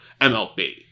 mlb